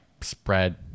spread